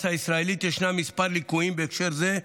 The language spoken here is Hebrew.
הישראלית יש כיום כמה ליקויים בהקשר זה,